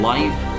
Life